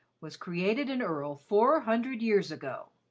was created an earl four hundred years ago.